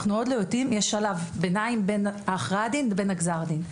יש שלב ביניים בין הכרעת הדין לבין גזר הדין.